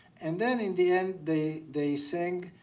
and then in the end they they sang